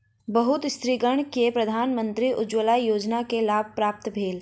बहुत स्त्रीगण के प्रधानमंत्री उज्ज्वला योजना के लाभ प्राप्त भेल